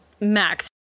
Max